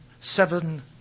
seven